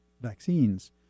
vaccines